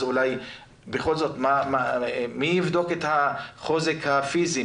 אולי בכל זאת מי יבדוק את החוזק הפיזי,